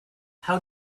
how